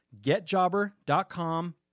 getjobber.com